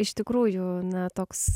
iš tikrųjų na toks